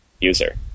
user